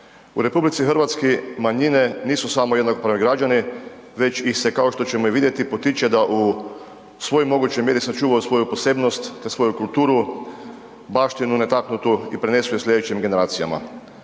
U RH manjine nisu samo jednakopravni građani već ih se kao što ćemo vidjeti, potiče da u svoj mogućnoj mjeri sačuvaju svoju posebnost te svoju kulturu, baštinu netaknutu i prenesu je slijedećim generacijama.